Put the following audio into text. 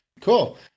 Cool